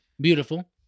Beautiful